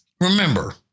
Remember